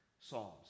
Psalms